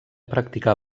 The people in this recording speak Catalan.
practicar